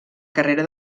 carrera